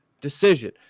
decision